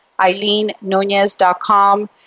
EileenNunez.com